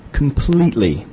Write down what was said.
completely